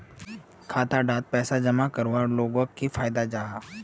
खाता डात पैसा जमा करवार लोगोक की फायदा जाहा?